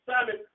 Simon